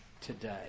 today